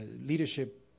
leadership